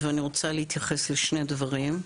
אני רוצה להתייחס לשני דברים.